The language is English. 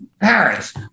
Paris